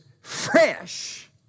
fresh